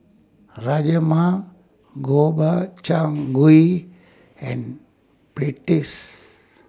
Rajma Gobchang Gui and Pretzel